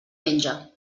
menja